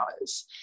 hours